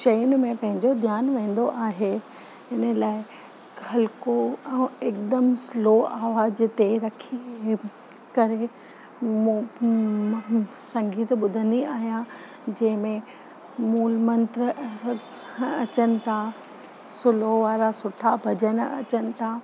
शयुनि में पंहिंजो ध्यानु वेंदो आहे हिन लाइ हलिको ऐं हिकदमु स्लो आवाज़ ते रखी करे मु म संगीत ॿुधंदी आहियां जंहिंमें मूलमंत्र अचनि था स्लो वारा सुठा भॼन अचनि था